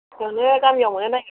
मोनो गामियाव मोनो नागेरब्ला